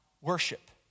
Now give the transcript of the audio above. worship